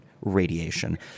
radiation